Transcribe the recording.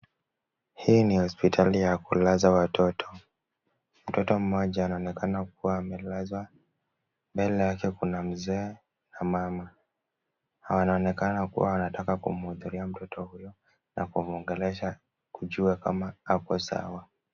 Hii ni hospitali ya kulaza watoto. Mtoto mmoja anaonekana kuwa amelala. Mbele yake kuna mzee na mama na wanaonekana kuwa wanataka kuongea na mtoto na kumwongelesha wajue kama ako sawa.